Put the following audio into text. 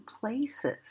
places